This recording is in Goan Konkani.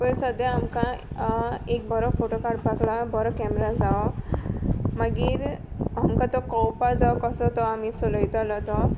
पोयलीं सद्द्या आमकां एक बरो फोटो काडपा एक बोरो कॅमरा जायो मागीर आमकां तो कोवपा जायो कसो तो आमी चलयतलो तो